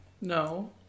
No